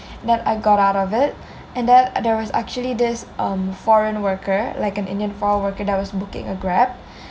then I got out of it and there there was actually this um foreign worker like an indian foreign worker that was booking a Grab